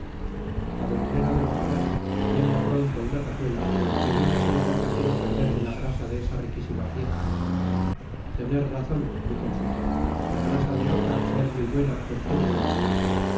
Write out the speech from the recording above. tabernero de barrabás venga pronto una cazuela que ni una sola gota quiero perder de la grasa de esa riquisima pieza tener razon dijo el suizo la grasa te oca ser muy puena con tulces